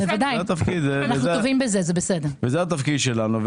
בוודאי וזה התפקיד שלנו.